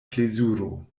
plezuro